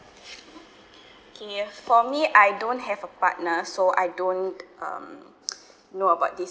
okay for me I don't have a partner so I don't um know about this